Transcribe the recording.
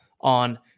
on